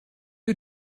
you